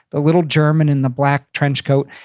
the little german in the black trench coat.